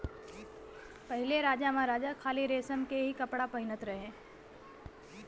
पहिले राजामहाराजा खाली रेशम के ही कपड़ा पहिनत रहे